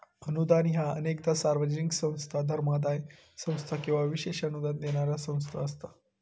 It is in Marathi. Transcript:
अनुदान ह्या अनेकदा सार्वजनिक संस्था, धर्मादाय संस्था किंवा विशेष अनुदान देणारा संस्था असता